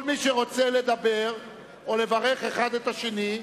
כל מי שרוצה לדבר או לברך אחד את השני,